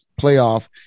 playoff